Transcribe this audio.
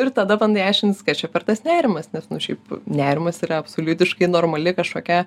ir tada bandai aiškintis kas čia per tas nerimas nes nu šiaip nerimas yra absoliutiškai normali kažkokia